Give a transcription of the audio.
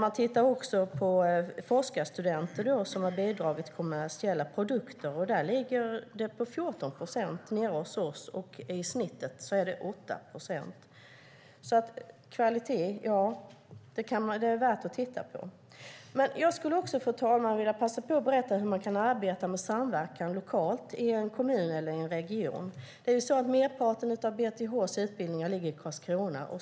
Andelen forskarstudenter som har bidragit till kommersiella produkter ligger på 14 procent nere hos oss, medan snittet är 8 procent. Kvalitet är alltså värt att titta på. Jag skulle också, fru talman, vilja passa på att berätta hur man kan arbeta med samverkan lokalt i en kommun eller en region. Merparten av BTH:s utbildningar ligger i Karlskrona.